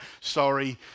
sorry